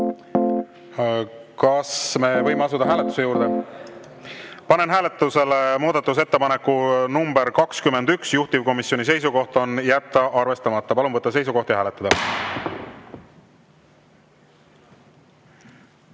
kas me võime asuda hääletuse juurde? Panen hääletusele muudatusettepaneku nr 21, juhtivkomisjoni seisukoht on jätta arvestamata. Palun võtta seisukoht ja hääletada!